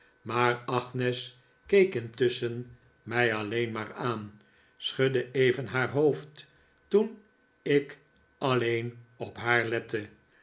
maar agnes keek intusschen mij alleen maar aan en schudde even haar hoofd toen ik alleen op haar lette